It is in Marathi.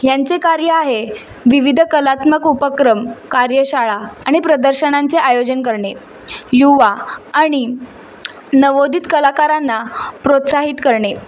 यांचे कार्य आहे विविध कलात्मक उपक्रम कार्यशाळा आणि प्रदर्शनांचे आयोजन करणे युवा आणि नवोदित कलाकारांना प्रोत्साहित करणे